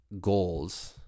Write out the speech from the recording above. goals